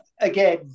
again